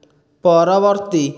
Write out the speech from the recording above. ପରବର୍ତ୍ତୀ